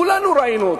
כולנו ראינו אותם.